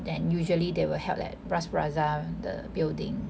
then usually they will held at bras basah the building